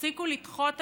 תפסיקו לדחות הצעות.